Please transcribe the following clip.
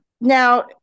Now